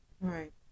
right